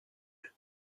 vol